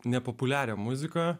nepopuliarią muziką